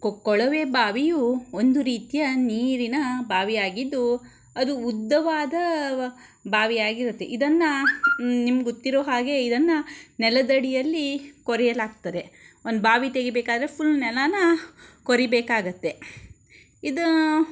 ಕೊಳವೆ ಬಾವಿಯು ಒಂದು ರೀತಿಯ ನೀರಿನ ಬಾವಿಯಾಗಿದ್ದು ಅದು ಉದ್ದವಾದ ಬಾವಿಯಾಗಿರತ್ತೆ ಇದನ್ನು ನಿಮಗೆ ಗೊತ್ತಿರೋ ಹಾಗೆ ಇದನ್ನು ನೆಲದಡಿಯಲ್ಲಿ ಕೊರೆಯಲಾಗ್ತದೆ ಒಂದು ಬಾವಿ ತೆಗೀಬೇಕಾದ್ರೆ ಫುಲ್ ನೆಲನ ಕೊರೀಬೇಕಾಗತ್ತೆ ಇದು